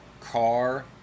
car